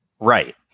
Right